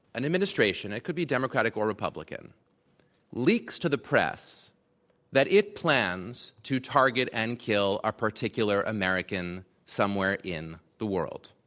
an administration it could be democratic or republican leaks to the press that it plans to target and kill a particular american somewhere in the world.